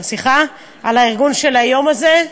ל"מרכז לעיוור" סליחה, על הארגון של היום הזה,